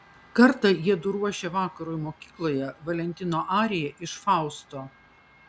kartą jiedu ruošė vakarui mokykloje valentino ariją iš fausto